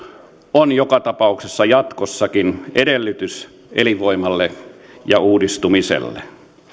on joka tapauksessa jatkossakin edellytys elinvoimalle ja uudistumiselle